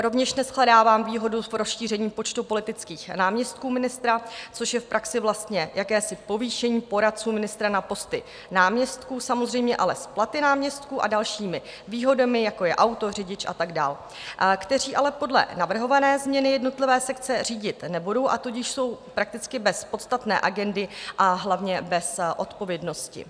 Rovněž neshledávám výhodu v rozšíření počtu politických náměstků ministra, což je v praxi vlastně jakési povýšení poradců ministra na posty náměstků, samozřejmě ale s platy náměstků a dalšími výhodami, jako je auto, řidič a tak dál, kteří ale podle navrhované změny jednotlivé sekce řídit nebudou, a tudíž jsou prakticky bez podstatné agendy, a hlavně bez odpovědnosti.